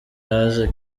haje